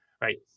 right